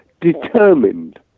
determined